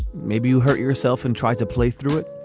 maybe you hurt yourself and try to play through it.